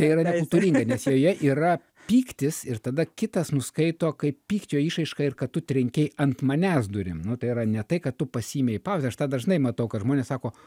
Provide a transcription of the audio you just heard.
tai yra nekultūringa nes joje yra pyktis ir tada kitas nuskaito kaip pykčio išraišką ir kad tu trenkei ant manęs durim nu tai yra ne tai kad tu pasiėmei pauzę aš tą dažnai matau kad žmonės sako